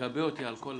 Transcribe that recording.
מגבה אותי על הכול.